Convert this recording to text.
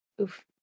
Oof